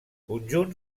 conjunt